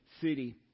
city